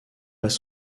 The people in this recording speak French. pas